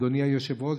אדוני היושב-ראש,